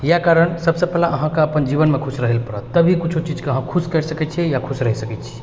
इएह कारण सबसँ पहिले अहाँके अपन जीवनमे खुश रहैके पड़त तभी कुछो चीजके अहाँ खुश कए सकै छियैऽ खुश रहि सकै छियै